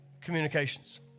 communications